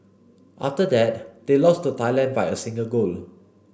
after that they lost to Thailand by a single goal